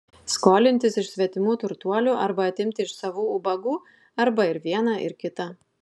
skolintis iš svetimų turtuolių arba atimti iš savų ubagų arba ir viena ir kita